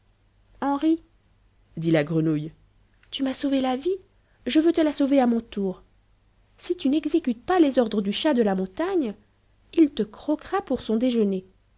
henri dit la grenouille tu m'as sauvé la vie je veux te la sauver à mon tour si tu n'exécutes pas les ordres du chat de la montagne il te croquera pour son déjeuner